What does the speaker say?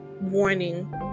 warning